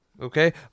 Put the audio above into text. Okay